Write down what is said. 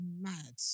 mad